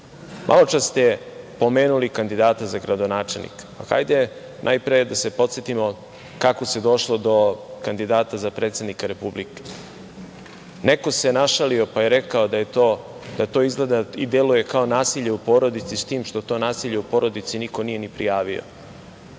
govore? Maločas ste pomenuli kandidata za gradonačelnika. Hajde najpre da se podsetimo kako se došlo do kandidata za predsednika Republike. Neko se našalio pa je rekao da to izgleda i deluje kao nasilje u porodici, s tim što to nasilje u porodici niko nije ni prijavio.